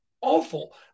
awful